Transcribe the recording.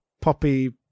poppy